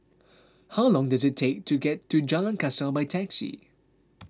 how long does it take to get to Jalan Kasau by taxi